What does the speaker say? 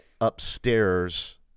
upstairs